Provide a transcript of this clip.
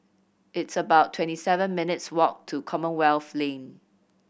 it's about twenty seven minutes' walk to Commonwealth Lane